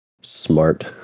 smart